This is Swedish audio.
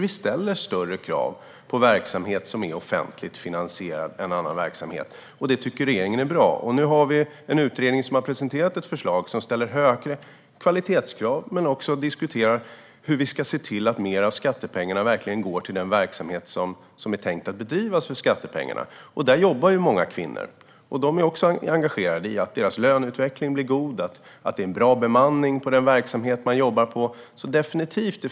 Vi ställer alltså högre krav på verksamhet som är offentligt finansierad än vi gör på annan verksamhet, och det tycker regeringen är bra. Vi har en utredning som har presenterat ett förslag där man ställer högre kvalitetskrav men också diskuterar hur vi ska se till att mer av skattepengarna verkligen går till den verksamhet som är tänkt att bedrivas för skattepengarna. I dessa verksamheter jobbar många kvinnor, och de är också engagerade i att deras löneutveckling blir god och att det är bra bemanning där de jobbar.